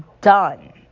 done